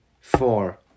four